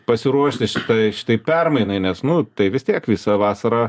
pasiruošti šitai šitai permainai nes nu tai vis tiek visą vasarą